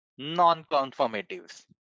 non-conformatives